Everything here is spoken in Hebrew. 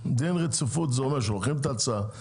דין רציפות זה אומר שלוקחים את ההצעה,